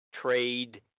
trade